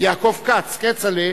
יעקב כץ, כצל'ה.